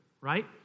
right